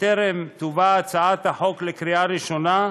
בטרם תובא הצעת החוק לקריאה ראשונה,